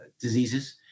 diseases